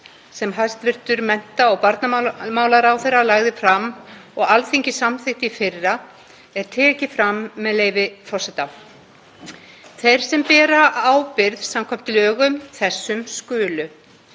sem hæstv. mennta- og barnamálaráðherra lagði fram og Alþingi samþykkti í fyrra, er tekið fram, með leyfi forseta: „Þeir sem bera ábyrgð samkvæmt lögum þessum skulu: